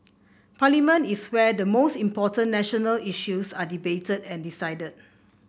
parliament is where the most important national issues are debated and decided